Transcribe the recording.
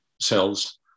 cells